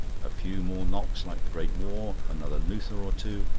a few more knocks like the great war, another luther or two,